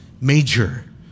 major